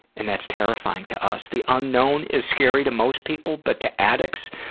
and that's terrifying to us. the unknown is scary, to most people, but to addicts,